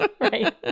Right